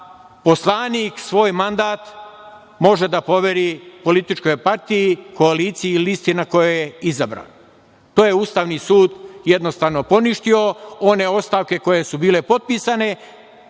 poslanik svoj mandat može da poveri političkoj partiji, koaliciji i listi na kojoj je izabran. To je Ustavni sud jednostavno poništio. One ostavke koje su bile potpisane,